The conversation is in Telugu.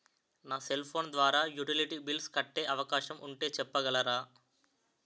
నా సెల్ ఫోన్ ద్వారా యుటిలిటీ బిల్ల్స్ కట్టే అవకాశం ఉంటే చెప్పగలరా?